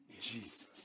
Jesus